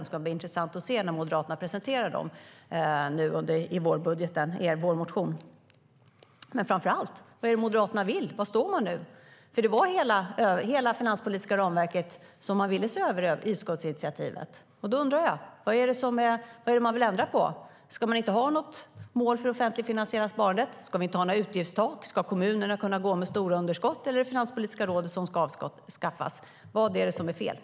Det ska bli intressant att se när Moderaterna presenterar dem i sin vårmotion. Vad är det Moderaterna vill? Var står man nu? Det var hela det finanspolitiska ramverket som man ville se över i utskottsinitiativet. Då undrar jag: Vad är det man vill ändra på? Ska man inte ha något mål för offentligfinansiellt sparande? Ska vi inte ha några utgiftstak? Ska kommunerna kunna gå med stora underskott? Eller är det Finanspolitiska rådet som ska avskaffas? Vad är det som är fel?